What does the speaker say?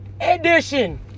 Edition